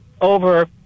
over